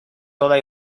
toda